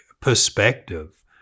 perspective